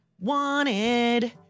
Wanted